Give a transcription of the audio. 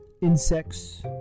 insects